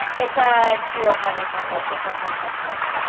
it's a dual apartment complex, i sometimes mix it up.